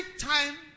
time